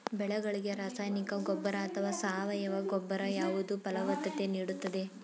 ಬೆಳೆಗಳಿಗೆ ರಾಸಾಯನಿಕ ಗೊಬ್ಬರ ಅಥವಾ ಸಾವಯವ ಗೊಬ್ಬರ ಯಾವುದು ಫಲವತ್ತತೆ ನೀಡುತ್ತದೆ?